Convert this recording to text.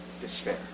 despair